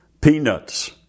peanuts